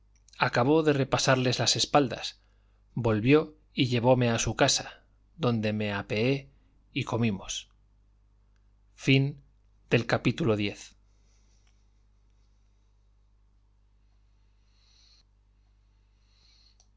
acabó de repasarles las espaldas volvió y llevóme a su casa donde me apeé y comimos libro segundo capítulo iv